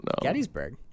Gettysburg